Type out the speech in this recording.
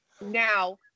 now